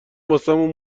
واسمون